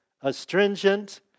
astringent